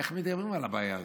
איך מתגברים על הבעיה הזאת?